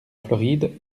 floride